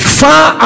far